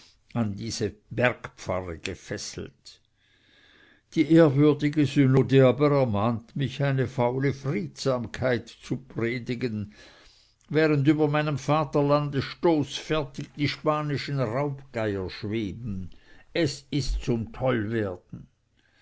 an diese bergpfarre gefesselt die ehrwürdige synode aber ermahnt mich eine faule friedsamkeit zu predigen während über meinem vaterlande stoßfertig die spanischen raubgeier schweben es ist zum